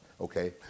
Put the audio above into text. okay